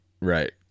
Right